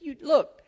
Look